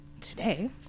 today